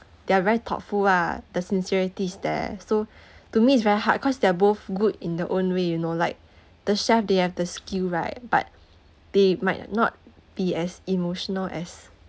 they are very thoughtful ah the sincerity is there so to me it's very hard cause they're both good in their own way you know like the chef they have the skill right but they might not be as emotional as